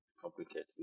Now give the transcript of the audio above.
complicated